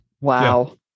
Wow